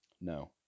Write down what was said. No